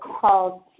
called